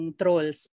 trolls